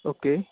okay